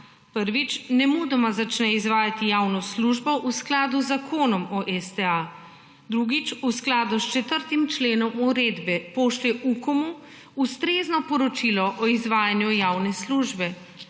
prvič, nemudoma začne izvajati javno službo v skladu z Zakonom o STA, drugič, v skladu s 4. členom uredbe pošlje Ukomu ustrezno poročilo o izvajanju javne službe,